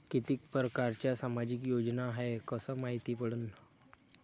कितीक परकारच्या सामाजिक योजना हाय कस मायती पडन?